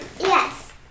Yes